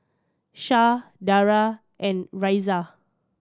Shah Dara and Raisya